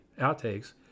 outtakes